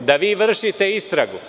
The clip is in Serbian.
da vi vršite istragu.